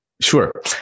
Sure